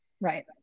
Right